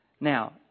Now